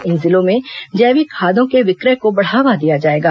इन जिलों में जैविक खादों के विक्रय को बढावा दिया जाएगा